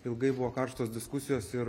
ilgai buvo karštos diskusijos ir